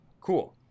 cool